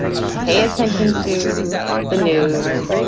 pay attention to the news.